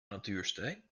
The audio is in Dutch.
natuursteen